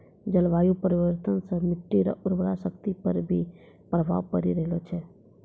जलवायु परिवर्तन से मट्टी रो उर्वरा शक्ति पर भी प्रभाव पड़ी रहलो छै